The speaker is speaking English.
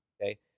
Okay